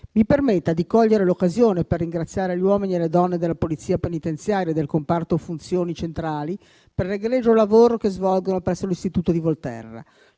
Mi permetta di cogliere l'occasione per ringraziare gli uomini e le donne della Polizia penitenziaria e del comparto funzioni centrali per l'egregio lavoro che svolgono presso l'istituto di Volterra.